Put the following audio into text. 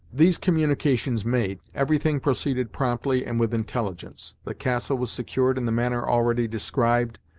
these communications made, everything proceeded promptly and with intelligence the castle was secured in the manner already described,